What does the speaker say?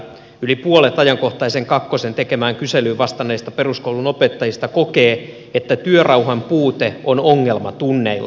yli puolet ajankohtaisen kakkosen tekemään kyselyyn vastanneista peruskoulun opettajista kokee että työrauhan puute on ongelma tunneilla